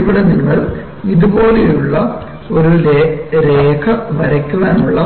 ഇവിടെ നിങ്ങൾ ഇതുപോലുള്ള ഒരു രേഖ വരയ്ക്കാനുള്ള